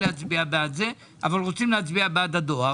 להצביע בעד זה אבל רוצים להצביע בעד הדואר,